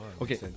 Okay